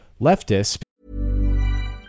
leftists